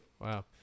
Wow